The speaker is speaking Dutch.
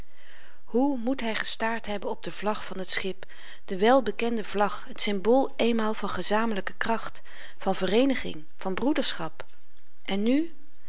hoe moet hy gestaard hebben op de vlag van het schip de welbekende vlag het symbool eenmaal van gezamenlyke kracht van vereeniging van broederschap en nu